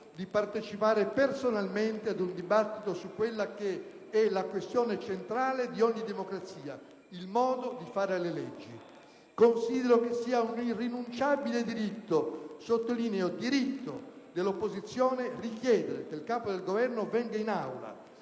di partecipare personalmente ad un dibattito sulla questione centrale di ogni democrazia: il modo di fare le leggi. Considero un irrinunciabile diritto - e sottolineo diritto - dell'opposizione chiedere che il Capo del Governo venga in Aula